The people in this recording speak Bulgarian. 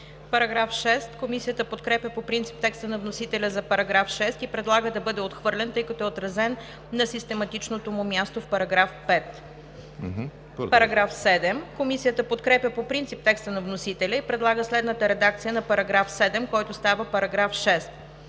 ВАСИЛЕВА: Комисията подкрепя по принцип текста на вносителя за § 6 и предлага да бъде отхвърлен, тъй като е отразен на систематичното му място в § 5. Комисията подкрепя по принцип текста на вносителя и предлага следната редакция на § 7, който става § 6: „§ 6.